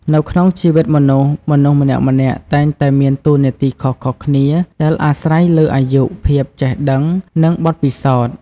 នៅក្នុងជីវិតមនុស្ស មនុស្សម្នាក់ៗតែងតែមានតួនាទីខុសៗគ្នាដែលអាស្រ័យលើអាយុ ភាពចេះដឹង និងបទពិសោធន៍។